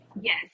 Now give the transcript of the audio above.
yes